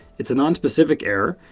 it's a non-specific error,